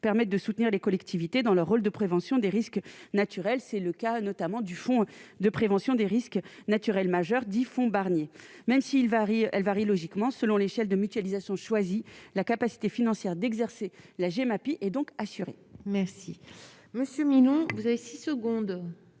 permettent de soutenir les collectivités dans leur rôle de prévention des risques naturels, c'est le cas notamment du fonds de prévention des risques naturels majeurs, dit fonds Barnier, même s'il varie, elle varie logiquement selon l'échelle de mutualisation choisit la capacité financière d'exercer la Gemapi est donc assurée.